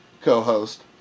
co-host